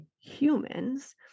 humans